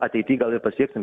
ateity gal ir pasieksim